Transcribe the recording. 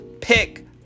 pick